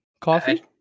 Coffee